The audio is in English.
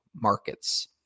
markets